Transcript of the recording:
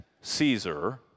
Caesar